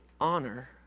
honor